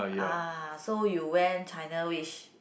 ah so you went China which